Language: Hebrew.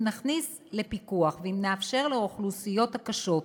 אם נכניס אותו לפיקוח ואם נאפשר לאוכלוסיות הקשות,